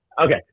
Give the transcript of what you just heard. Okay